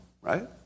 right